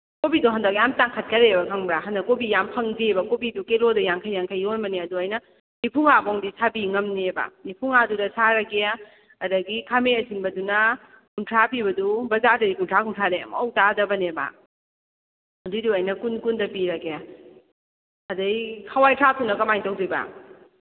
ꯀꯣꯕꯤꯁꯨ ꯍꯟꯗꯛ ꯌꯥꯝ ꯇꯥꯡꯈꯠꯈꯔꯦꯕ ꯈꯪꯕ꯭ꯔꯥ ꯍꯟꯗꯛ ꯀꯣꯕꯤ ꯌꯥꯝ ꯐꯪꯗꯦꯕ ꯀꯣꯕꯤꯗꯨ ꯀꯤꯂꯣꯗ ꯌꯥꯡꯈꯩ ꯌꯥꯡꯈꯩ ꯌꯣꯟꯕꯅꯤ ꯑꯗꯨ ꯑꯩꯅ ꯅꯤꯐꯨꯉꯥꯕꯨꯛꯇꯤ ꯁꯥꯕꯤ ꯉꯝꯅꯤꯕ ꯅꯤꯐꯨꯉꯥꯗꯨꯗ ꯁꯥꯔꯒꯦ ꯑꯗꯒꯤ ꯈꯥꯃꯦꯟ ꯑꯁꯤꯟꯕꯗꯨꯅ ꯀꯨꯟꯊ꯭ꯔꯥ ꯄꯤꯕꯗꯨ ꯕꯖꯥꯔꯗꯗꯤ ꯀꯨꯟꯊ꯭ꯔꯥ ꯀꯨꯟꯊ꯭ꯔꯥꯗꯩ ꯑꯝꯕꯨꯛ ꯇꯥꯗꯕꯅꯦꯕ ꯑꯗꯨꯏꯗꯨ ꯑꯩꯅ ꯀꯨꯟ ꯀꯨꯟꯗ ꯄꯤꯔꯒꯦ ꯑꯗꯩ ꯍꯋꯥꯏ ꯊ꯭ꯔꯥꯛꯇꯨꯅ ꯀꯃꯥꯏ ꯇꯧꯗꯣꯏꯕ